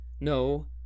No